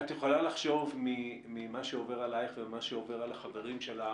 את יכולה לחשוב ממה שעובר עליך ומה שעובר על החברים שלך